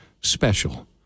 special